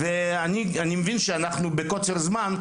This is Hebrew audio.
אני מבין שאנחנו בקוצר זמן,